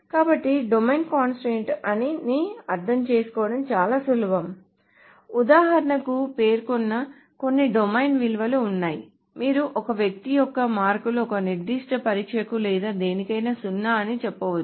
కాబట్టి domain constraints ని అర్థం చేసుకోవడం చాలా సులభం ఉదాహరణకు పేర్కొన్న కొన్ని డొమైన్ విలువలు ఉన్నాయి మీరు ఒక వ్యక్తి యొక్క మార్కులు ఒక నిర్దిష్ట పరీక్షకు లేదా దేనికైనా సున్నా అని చెప్పవచ్చు